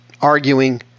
arguing